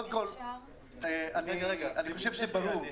קודם כול, אני חושב שברור.